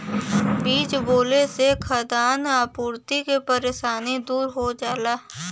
बीज बोले से खाद्यान आपूर्ति के परेशानी दूर हो जाला